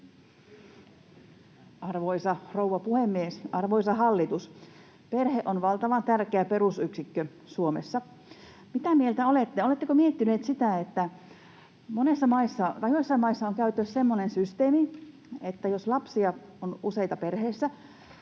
Arvoisa rouva puhemies! Arvoisa hallitus! Perhe on valtavan tärkeä perusyksikkö Suomessa. Mitä mieltä olette ja oletteko miettineet sitä, että monissa maissa, tai joissain maissa, on käytössä semmoinen systeemi, että jos perheessä on useita lapsia,